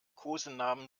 kosenamen